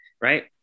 right